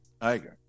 Iger